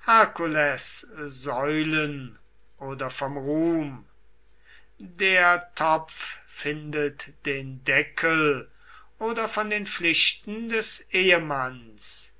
hercules säulen oder vom ruhm der topf findet den deckel oder von den pflichten des ehemanns